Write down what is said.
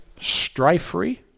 strife-free